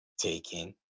Taking